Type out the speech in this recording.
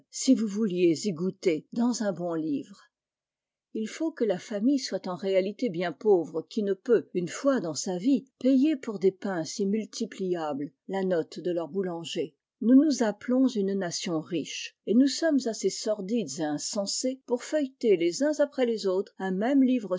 si vous vouliez y goûter dans un bon livre il faut que la famille soit en réalité bien pauvre qui ne peut une fois dans sa vie payer pour des pains si multipliables i la note de leur boulanger s nous nous appelons une nation riche et nous sommes assez sordides et insensés pour feuilleter les uns après les autres un même livre